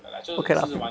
okay lah